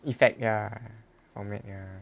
effect ya format ya